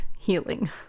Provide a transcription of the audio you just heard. healing